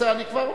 כבר אומר.